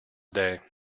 day